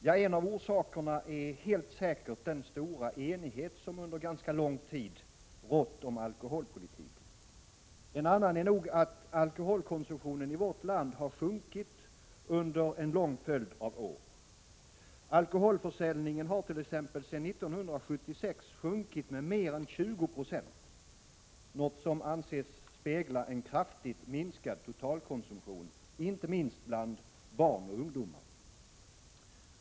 Ja, en av orsakerna är helt säkert den stora enighet som under ganska lång tid rått om alkoholpolitiken. En annan är nog att alkoholkonsumtionen i vårt land har sjunkit under en lång följd av år. Alkoholförsäljningen har t.ex. sedan 1976 sjunkit med mer än 20 96, något som anses spegla en kraftig minskning av totalkonsumtionen, inte minst bland barn och ungdomar.